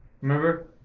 Remember